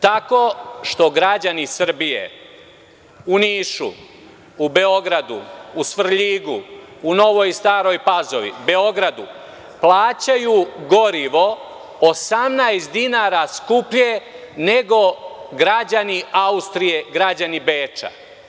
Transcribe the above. Tako što građani Srbije u Nišu, u Beogradu, u Svrljigu, u Novoj i Staroj Pazovi, Beogradu, plaćaju gorivo 18 dinara skuplje nego građani Austrije, građani Beča.